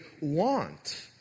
want